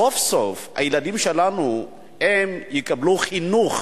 סוף-סוף הילדים שלנו יקבלו חינוך,